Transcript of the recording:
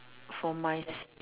for my s~